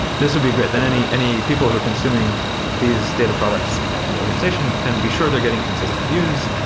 this would be great. then any any people who are consuming these data products in the organization can be sure they're getting consistent views.